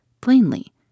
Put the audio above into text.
plainly